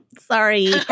sorry